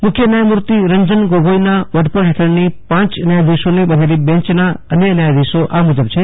મુખ્ય ન્યાયમૂર્તિ રંજન ગોગોઇના વડપણ હેઠળની પાંચ ન્યાયાધિશોની બનેલી બેંચના અન્ય ન્યાયાધિશો આ મુજબ છે